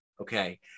Okay